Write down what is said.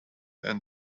and